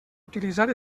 utilitzar